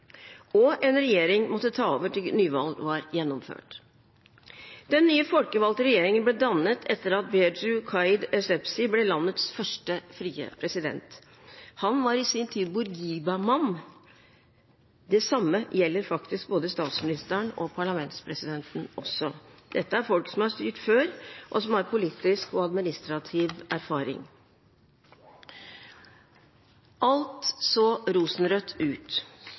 og en regjering måtte ta over til nyvalg var gjennomført. Den nye folkevalgte regjeringen ble dannet etter at Beju Caid Essebsi ble landets første frie president. Han var i sin tid Bourguiba-mann. Det samme gjelder faktisk både statsministeren og parlamentspresidenten. Dette er folk som har styrt før, og som har politisk og administrativ erfaring. Alt så rosenrødt ut.